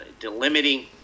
delimiting